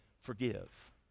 forgive